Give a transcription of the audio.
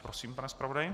Prosím, pane zpravodaji.